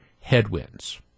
headwinds